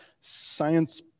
science